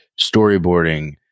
storyboarding